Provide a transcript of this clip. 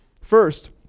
First